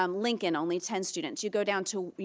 um lincoln only ten students. you go down to the